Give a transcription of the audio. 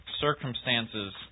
circumstances